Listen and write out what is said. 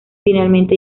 finalmente